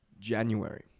January